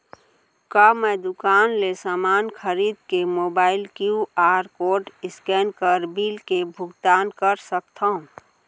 का मैं दुकान ले समान खरीद के मोबाइल क्यू.आर कोड स्कैन कर बिल के भुगतान कर सकथव?